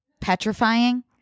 petrifying